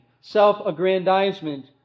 self-aggrandizement